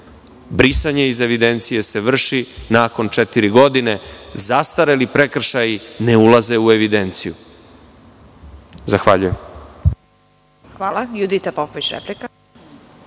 brisanje iz evidencije se vrši nakon četiri godine, a zastareli prekršaji ne ulaze u evidenciju. Zahvaljujem.